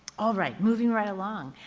all right moving right along.